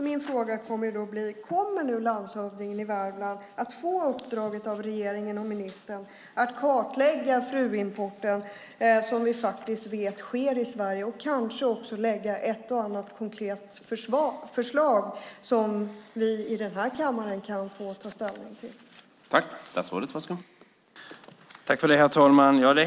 Min fråga blir: Kommer landshövdingen i Värmland att få uppdraget av regeringen och ministern att kartlägga fruimporten som vi faktiskt vet sker i Sverige och kanske också lägga fram ett eller annat konkret förslag som vi kan få ta ställning till här i kammaren?